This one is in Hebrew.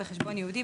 בחשבון ייעודי,